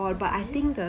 okay